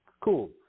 Cool